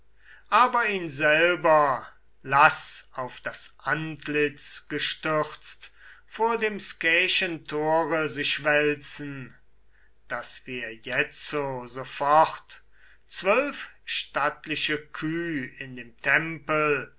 aber ihn selber laß auf das antlitz gestürzt vor dem skäischen tore sich wälzen daß wir jetzo sofort zwölf stattliche küh in dem tempel